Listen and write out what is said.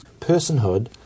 Personhood